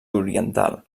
oriental